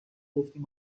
گفتیم